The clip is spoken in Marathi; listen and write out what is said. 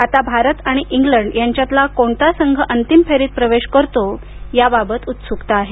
आता भारत आणि इंग्लंड यांच्यातला कोणता संघ अंतिम फेरीत प्रवेश करतो याबाबत उत्सुकता आहे